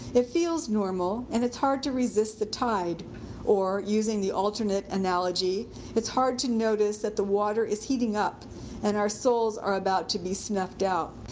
it feels normal, and it's hard to resist the tide or using the alternate analogy it's hard to notice that the water is heating up and our souls are about to be snuffed out.